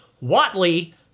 Watley